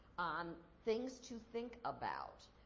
on things to think about.